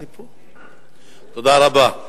תודה רבה.